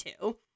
two